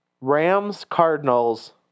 Rams-Cardinals